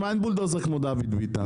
אין בולדוזר כמו דוד ביטן.